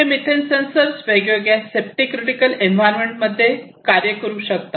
हे methane sensors वेगवेगळ्या safety critical environment मध्ये हे कार्य करू शकतात